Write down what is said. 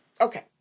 okay